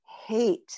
hate